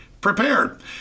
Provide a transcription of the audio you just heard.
prepared